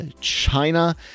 China